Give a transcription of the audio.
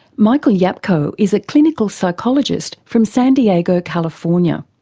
michael yapko is a clinical psychologist from san diego, california.